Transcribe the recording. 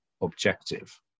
objective